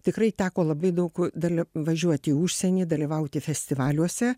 tikrai teko labai daug daly važiuot į užsienį dalyvauti festivaliuose